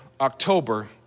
October